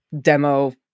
demo